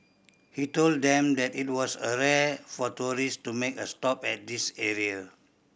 he told them that it was a rare for tourist to make a stop at this area